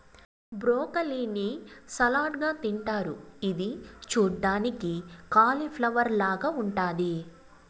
broccoli ని salad గా తింటారు ఇది చూడ్డానికి కాలిఫ్లవర్ లాగ ఉంటాది